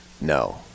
No